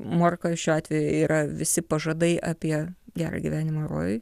morkos šiuo atveju yra visi pažadai apie gerą gyvenimą rojuj